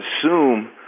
assume